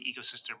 ecosystem